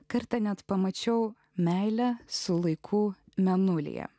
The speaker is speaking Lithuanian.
kartą net pamačiau meilė su laiku mėnulyje